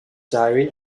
diary